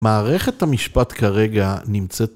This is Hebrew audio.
מערכת המשפט כרגע נמצאת...